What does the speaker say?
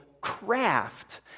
craft